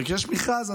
כשיש מכרז,